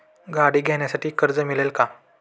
गाडी घेण्यासाठी कर्ज मिळेल का?